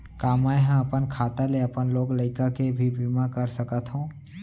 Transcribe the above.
का मैं ह अपन खाता ले अपन लोग लइका के भी बीमा कर सकत हो